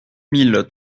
mille